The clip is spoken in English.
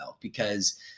because-